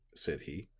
said he.